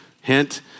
hint